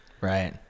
Right